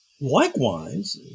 likewise